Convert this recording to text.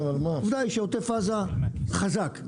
עוטף עזה חזק.